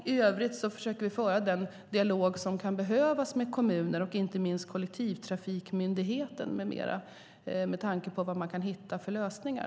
I övrigt försöker vi föra den dialog som kan behövas med kommuner och inte minst kollektivtrafikmyndigheter med mera för att hitta lösningar.